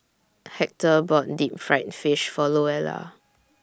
Hector bought Deep Fried Fish For Louella